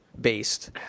based